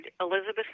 Elizabeth